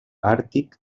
àrtic